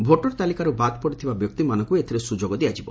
voter ତାଲିକାରୁ ବାଦ୍ ପଡିଥିବା ବ୍ୟକ୍ତିମାନଙ୍କୁ ଏଥିରେ ସୁଯୋଗ ଦିଆଯିବ